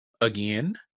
again